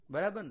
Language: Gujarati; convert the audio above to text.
બરાબર ને